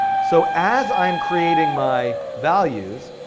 so as i'm creating my values,